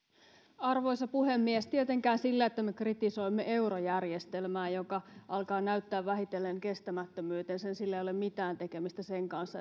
arvoisa puhemies tietenkään sillä että me kritisoimme eurojärjestelmää joka alkaa näyttää vähitellen kestämättömyytensä ei ole mitään tekemistä sen kanssa